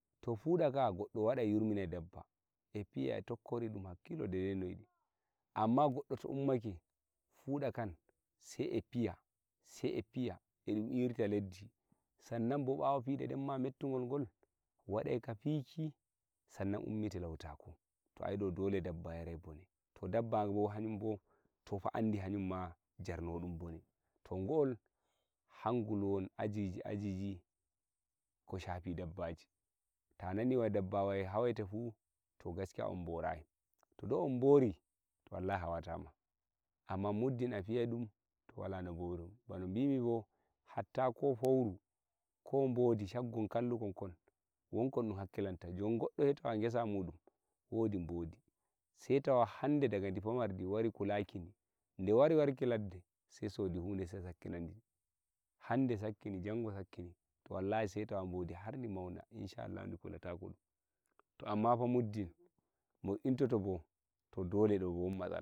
to fuɗa ka'a goddo waɗai yurminai dabba e fiya e tokkori ɗum hakkilo dei no yiɗi amma ngoddo to ummake fuda kan seiefiya sei e fiya e ɗum irta leddi san nan bo bawo pideden ma mettugol ngol wadai ka fiki san nan ummitilau tako to ai jon dole dabba yarai bone to dabba bo hayum bo to fa andi hayum ma jarnowo dum bone to go'ol hangol won ajiji ajiji ko shafi dabbaji ta nani dabba wai hawete fuu to gaskiya on boural to dou on bouri to wallahi hawata ma amma muddin a fiya dum to wala no bouron bano bin bo hatta ko peuru ko bodi shaggon kallukon kon won kai dum hakkilanta jon goddo hei tawa ngesa mudum wodi bodi haa ndi mauna insha Allahu di kulatako dum to amman fu muddin modintoto bo to dole don won matsala